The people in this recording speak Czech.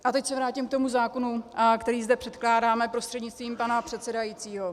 A teď se vrátím k zákonu, který zde předkládáme, prostřednictvím pana předsedajícího.